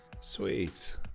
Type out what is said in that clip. Sweet